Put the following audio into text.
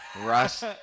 Russ